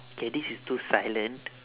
K this is too silent